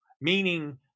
meaning